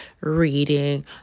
reading